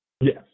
Yes